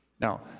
Now